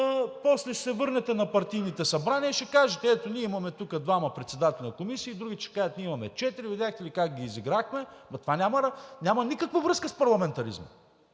после ще се върнете на партийните събрания и ще кажете: ето, ние имаме тук двама председатели на комисии, другите ще кажат: ние имаме четирима, видяхте ли как ги изиграхме, но това няма никаква връзка с парламентаризма.